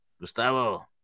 Gustavo